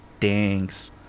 Thanks